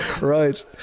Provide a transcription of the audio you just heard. Right